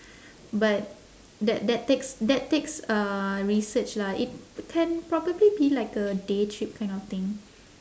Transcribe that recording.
but that that takes that takes uh research lah it can probably be like a day trip kind of thing